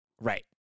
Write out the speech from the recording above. Right